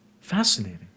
Fascinating